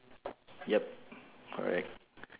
yup correct